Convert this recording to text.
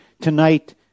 tonight